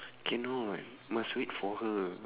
cannot must wait for her